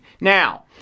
Now